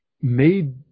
made